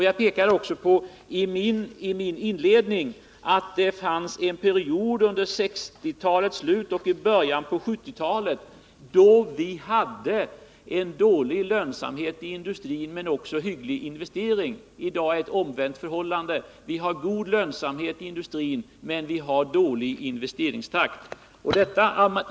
Jag pekade också på i mitt inledningsanförande att det fanns en period under 1960-talets slut och början av 1970-talet då vi hade dålig lönsamhet i industrin men ändå hyggliga investeringar. I dag är det ett omvänt förhållande. Vi har god lönsamhet i industrin, men vi har dålig investeringstakt.